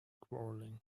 quarrelling